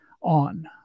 on